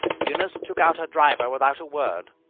eunice took out her driver without a word.